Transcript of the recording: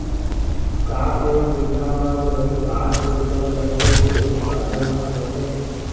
का एक बीघा म करीब आठ क्विंटल लहसुन के उत्पादन ह होथे?